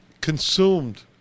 consumed